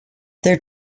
their